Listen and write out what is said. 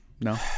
no